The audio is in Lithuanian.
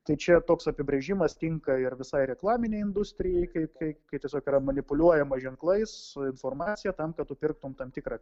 tai čia toks apibrėžimas tinka ir visai reklaminei industrijai kai kai kai tiesiog yra manipuliuojama ženklais informacija tam kad tu pirktum tam tikrą